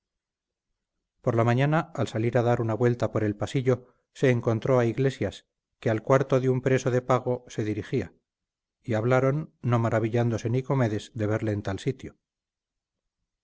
por la mañana al salir a dar una vuelta por el pasillo se encontró a iglesias que al cuarto de un preso de pago se dirigía y hablaron no maravillándose nicomedes de verle en tal sitio